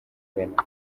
venant